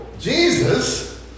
Jesus